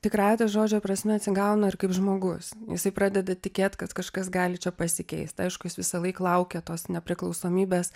tikrąja ta žodžio prasme atsigauna ir kaip žmogus jisai pradeda tikėt kad kažkas gali čia pasikeist aišku jis visąlaik laukia tos nepriklausomybės